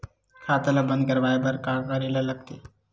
खाता ला बंद करवाय बार का करे ला लगथे?